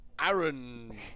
Aaron